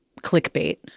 clickbait